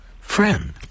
friend